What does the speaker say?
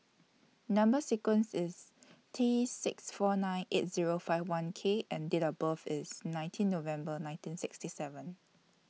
Number sequence IS T six four nine eight Zero five one K and Date of birth IS nineteen November nineteen sixty seven